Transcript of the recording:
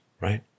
right